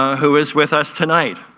who is with us tonight.